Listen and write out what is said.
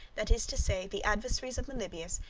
that is to say, the adversaries of meliboeus,